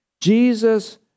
Jesus